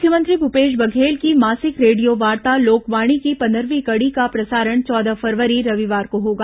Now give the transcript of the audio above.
लोकवाणी मुख्यमंत्री भूपेश बघेल की मासिक रेडियोवार्ता लोकवाणी की पन्द्रहवीं कड़ी का प्रसारण चौदह फरवरी रविवार को होगा